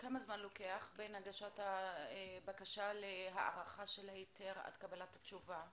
כמה זמן לוקח בין הגשת הבקשה להארכה של ההיתר עד קבלת התשובה?